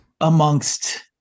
Amongst